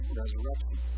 resurrection